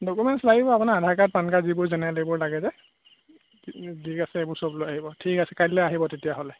documents লাগিব আপোনাৰ Aadhaar card PAN card যিবোৰ জেনেৰেল এইবোৰ লাগে যে যি আছে এইবোৰ সব লৈ আহিব ঠিক আছে কাইলৈ আহিব তেতিয়াহ'লে